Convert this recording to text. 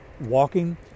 walking